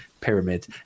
pyramid